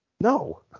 No